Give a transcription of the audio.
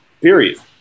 Period